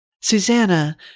Susanna